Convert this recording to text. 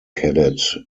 cadet